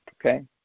okay